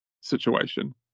situation